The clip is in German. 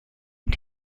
und